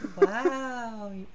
Wow